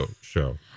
show